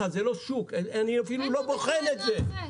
שזה משום שיש ביקוש יותר נמוך לשירותים בנקאים בסניפים מהציבור.